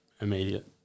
immediate